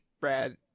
brad